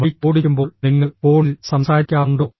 bike ഓടിക്കുമ്പോൾ നിങ്ങൾ ഫോണിൽ സംസാരിക്കാറുണ്ടോ